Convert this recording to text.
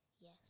Yes